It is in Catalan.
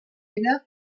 era